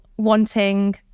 wanting